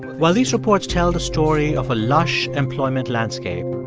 while these reports tell the story of a lush employment landscape,